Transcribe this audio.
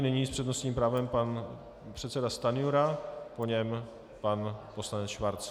Nyní s přednostním právem pan předseda Stanjura, po něm pan poslanec Schwarz.